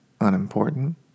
unimportant